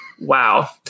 Wow